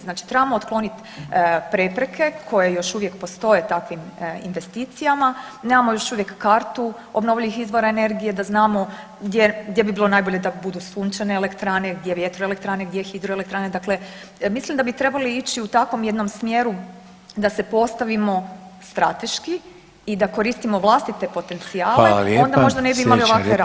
Znači trebamo otklonit prepreke koje još uvijek postoje u takvim investicijama, nemamo još uvijek kartu obnovljivih izvora energije da znamo gdje, gdje bi bilo najbolje da budu sunčane elektrane, gdje vjetroelektrane, gdje hidroelektrane, dakle mislim da bi trebali ići u takvom jednom smjeru da se postavimo strateški i da koristimo vlastite potencijale onda možda ne bi imali ovakve rasprave.